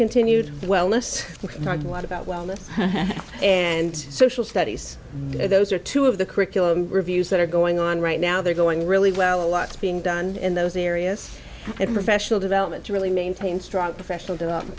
continued wellness a lot about wellness and social studies those are two of the curriculum reviews that are going on right now they're going really well a lot being done in those areas and professional development to really maintain strong professional development